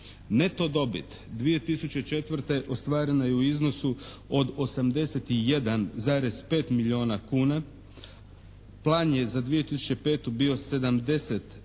Neto dobit 2004. ostvarena je u iznosu od 81,5 milijuna kuna. Plan je za 2005. bio 70 milijuna